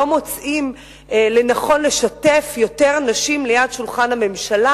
מוצאים לנכון לשתף יותר נשים ליד שולחן הממשלה,